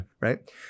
Right